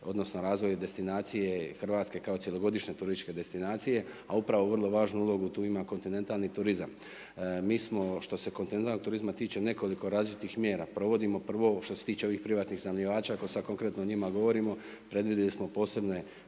odnosno, razvoj destinacije Hrvatske, kao cjelogodišnje turističke destinacije. A upravo vrlo važnu ulogu ima kontinentalni turizam. Mi smo što se kontinentalnog turizma tiče, nekoliko različitih mjera provodimo, prvo, što se tiče ovih privatnih iznajmljivača o kojima sada konkretno o njima govorimo, predvidjeli smo posebne